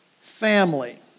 family